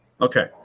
okay